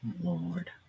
Lord